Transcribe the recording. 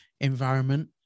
environment